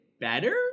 better